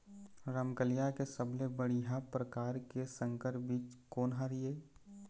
रमकलिया के सबले बढ़िया परकार के संकर बीज कोन हर ये?